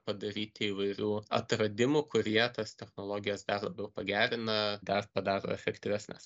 padaryti įvairių atradimų kurie tas technologijas dar labiau pagerina dar padaro efektyvesnes